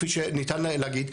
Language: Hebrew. כפי שניתן להגיד,